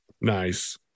Nice